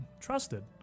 trusted